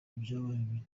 ibyabaye